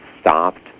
stopped